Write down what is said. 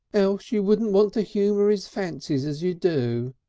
else you wouldn't want to humour his fancies as you do.